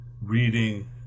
reading